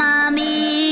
Mommy